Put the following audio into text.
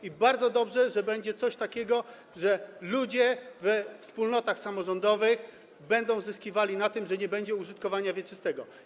I bardzo dobrze, że będzie coś takiego, że ludzie we wspólnotach samorządowych będą zyskiwali na tym, że nie będzie użytkowania wieczystego.